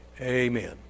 Amen